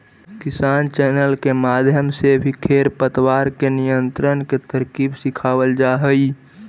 किसान चैनल के माध्यम से भी खेर पतवार के नियंत्रण के तरकीब सिखावाल जा हई